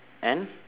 and